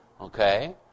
Okay